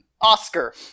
Oscar